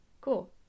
cool